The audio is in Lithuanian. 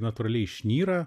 natūraliai išnyra